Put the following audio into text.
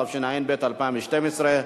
התשע"ב 2012,